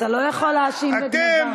אתה לא יכול להאשים בגנבה.